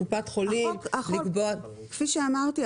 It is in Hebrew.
כפי שאמרתי,